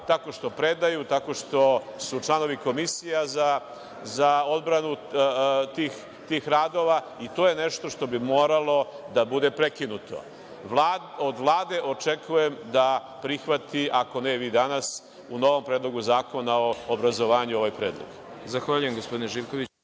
tako što predaju, tako što su članovi komisija za odbranu tih radova i to je nešto što bi moralo da bude prekinuto. Od Vlade očekujem da prihvati, ako vi ne danas, u novom predlogu zakona o obrazovanju ovaj predlog.